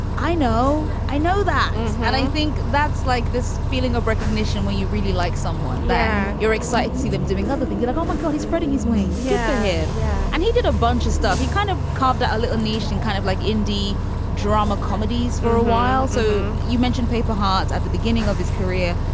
i know. i know that. and i think that's like this feeling of recognition where you really like someone that yeah you're excited to see them doing other thinking, like, oh, my god, he's spreading his wings to yeah him. yeah. and he did a bunch of stuff. he kind of carved out a little nation, kind of like indie drama comedies for a while. so you mentioned paper hot at the beginning of his career.